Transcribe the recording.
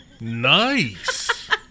Nice